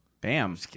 Bam